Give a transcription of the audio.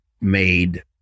made